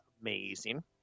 amazing